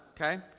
okay